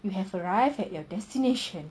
you have arrived at your destination